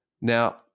now